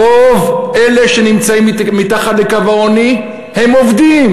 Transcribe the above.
רוב אלה שנמצאים מתחת לקו העוני הם עובדים,